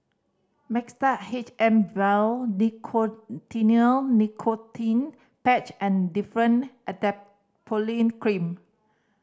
Mixtard H M Vial Nicotinell Nicotine Patch and Differin Adapalene Cream